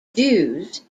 dues